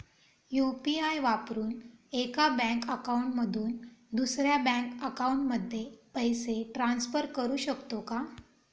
UPI वापरून एका bank account मधून दुसऱ्या बँक अकाउंटमध्ये पैसे ट्रान्सफर करू शकतो का?